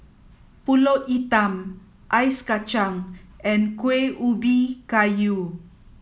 Pulut Hitam Ice Kacang and Kuih Ubi Kayu